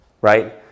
right